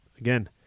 again